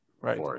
Right